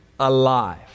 alive